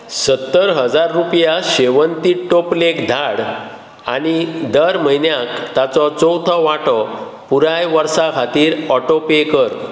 सत्तर हजार रुपया शेवन्ती टोपलेक धाड आनी दर म्हयन्याक ताचो चवथो वांटो पुराय वर्सा खातीर ऑटो पे कर